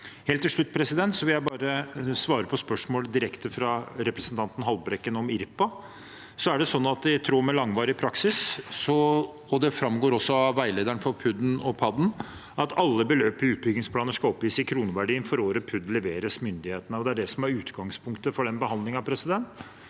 Til slutt vil jeg bare svare på spørsmål direkte fra representanten Haltbrekken om Irpa. I tråd med langvarig praksis, og det framgår også av veilederen for PUD-en og PAD-en, skal alle beløp i utbyggingsplaner oppgis i kroneverdi for året PUD leveres myndighetene. Det er det som er utgangspunktet for den behandlingen, og vi